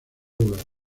lugares